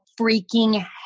freaking